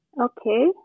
Okay